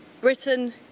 Britain